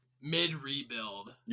mid-rebuild